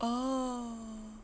oh